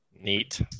Neat